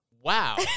Wow